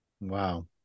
Wow